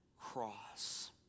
cross